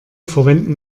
verwenden